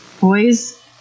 Boys